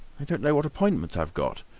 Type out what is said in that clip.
i don't know what appointments i've got.